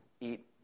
eat